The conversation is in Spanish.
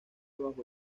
bajo